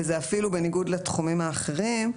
וזה אפילו בניגוד לתחומים האחרים.